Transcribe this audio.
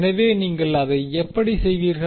எனவே நீங்கள் அதை எப்படி செய்வீர்கள்